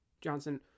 Johnson